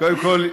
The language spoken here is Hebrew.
קודם כול,